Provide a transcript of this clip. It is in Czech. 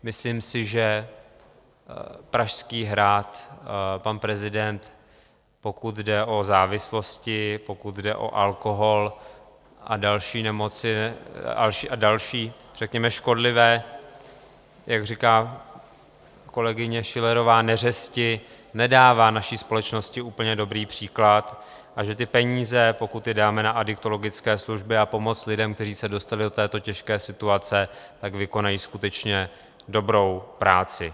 Myslím si, že Pražský hrad, pan prezident, pokud jde o závislosti, pokud jde o alkohol a další nemoci a další řekněme škodlivé, jak říká kolegyně Schillerová, neřesti, nedává naší společnosti úplně dobrý příklad a že ty peníze, pokud je dáme na adiktologické služby a pomoc lidem, kteří se dostali do této těžké situace, tak vykonají skutečně dobrou práci.